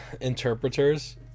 interpreters